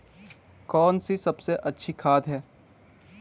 कौन सी सबसे अच्छी खाद है?